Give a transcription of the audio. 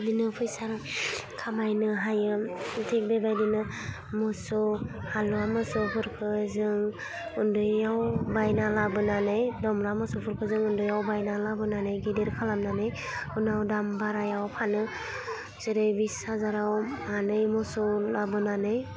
बिदिनो फैसा खामायनो हायो थिग बेबादिनो मोसौ हालुवा मोसौफोरखो जों उन्दैआव बायना लाबोनानै दामब्रा मोसौफोरखौ जों उन्दैआव बायना लाबोनानै गिदिर खालामनानै उनाव दाम बारायाव फानो जेरै बिस हाजाराव मानै मोसौ लाबोनानै